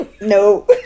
No